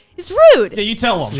it's rude. yeah you tell em.